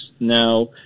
Now